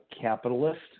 capitalist